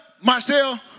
Marcel